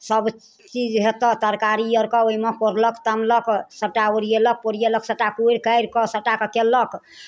सभचीज हेतह तरकारी आओरके ओहिमे कोरलक तामलक सभटा ओरिएलक पोरिएलक सभटा कोरि कारि कऽ सभटाकेँ कयलक